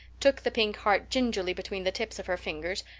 took the pink heart gingerly between the tips of her fingers,